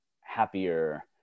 happier